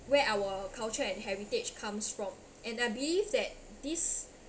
where our culture and heritage comes from and I believe that this